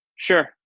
Sure